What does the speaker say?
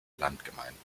landgemeinden